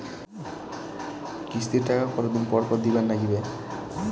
কিস্তির টাকা কতোদিন পর পর দিবার নাগিবে?